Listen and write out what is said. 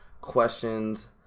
questions